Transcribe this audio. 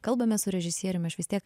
kalbame su režisieriumi aš vis tiek